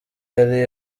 yari